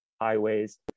highways